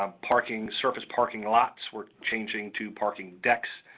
um parking, surface parking lots were changing to parking decks.